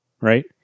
right